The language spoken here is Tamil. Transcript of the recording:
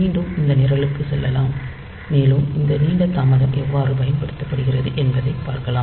மீண்டும் இந்த நிரலுக்கு செல்லலாம் மேலும் இந்த நீண்ட தாமதம் எவ்வாறு பயன்படுத்தப்படுகிறது என்பதைப் பார்க்கலாம்